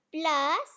Plus